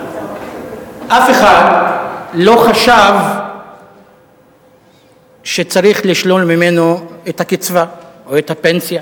אף אחד לא חשב שצריך לשלול ממנו את הקצבה או את הפנסיה,